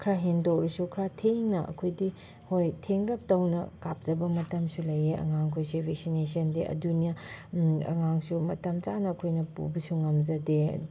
ꯈꯔ ꯍꯦꯟꯗꯣꯛꯂꯁꯨ ꯈꯔ ꯊꯦꯡꯅ ꯑꯩꯈꯣꯏꯗꯤ ꯍꯣꯏ ꯊꯦꯡꯂꯞ ꯇꯧꯅ ꯀꯥꯞꯆꯕ ꯃꯇꯝꯁꯨ ꯂꯩꯌꯦ ꯑꯉꯥꯡꯈꯣꯏꯁꯦ ꯚꯦꯛꯁꯤꯅꯦꯁꯟꯗꯤ ꯑꯗꯨꯅꯦ ꯑꯉꯥꯡꯁꯨ ꯃꯇꯝ ꯆꯥꯅ ꯑꯩꯈꯣꯏꯅ ꯄꯨꯕꯁꯨ ꯉꯝꯖꯗꯦ